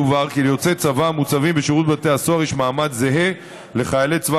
יובהר כי ליוצאי צבא המוצבים בשירות בתי הסוהר יש מעמד זהה לחיילי צבא